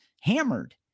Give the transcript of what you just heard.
hammered